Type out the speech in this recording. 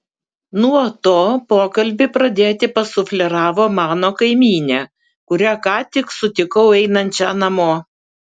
nuo to pokalbį pradėti pasufleravo mano kaimynė kurią ką tik sutikau einančią namo